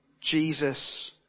Jesus